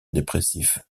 dépressif